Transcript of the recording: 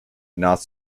not